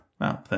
No